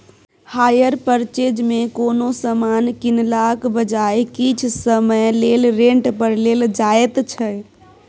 hire purchase मे कोनो समान कीनलाक बजाय किछ समय लेल रेंट पर लेल जाएत छै